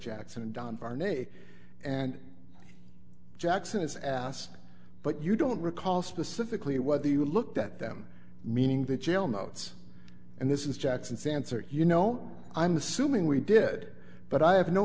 varnay and jackson is asked but you don't recall specifically whether you looked at them meaning that jail notes and this is jackson sansar you know i'm assuming we did but i have no